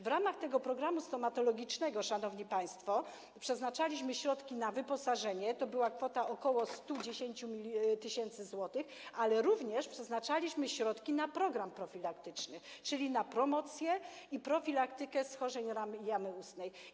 W ramach tego programu stomatologicznego, szanowni państwo, przeznaczaliśmy środki na wyposażenie, to była kwota ok. 110 tys. zł, ale również przeznaczaliśmy środki na program profilaktyczny, czyli na promocję zdrowia i profilaktykę schorzeń jamy ustnej.